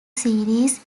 series